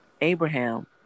Abraham